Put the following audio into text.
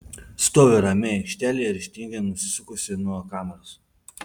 stoviu ramiai aikštelėje ryžtingai nusisukusi nuo kameros